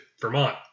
Vermont